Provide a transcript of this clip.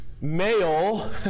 male